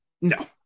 No